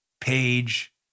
Page